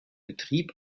betrieb